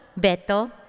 Beto